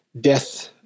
death